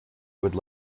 would